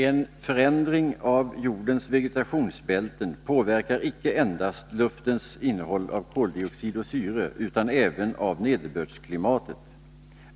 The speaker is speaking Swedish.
En förändring av jordens vegetationsbälten påverkar icke endast luftens innehåll av koldioxid och syre utan även nederbördsklimatet.